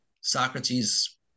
Socrates